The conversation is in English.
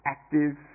active